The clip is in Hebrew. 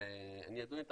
אני אדון רגע